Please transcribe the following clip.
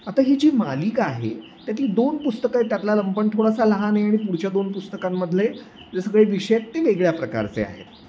आता ही जी मालिका आहे त्यातली दोन पुस्तकं आहे त्यातला लंपन थोडासा लहान आहे आणि पुढच्या दोन पुस्तकांमधले जे सगळे विषय आहेत ते वेगळ्या प्रकारचे आहेत